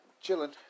Chilling